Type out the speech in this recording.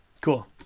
Cool